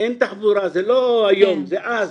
אין תחבורה, זה לא היום, זה אז.